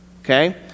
okay